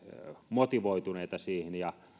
motivoituneita siihen ja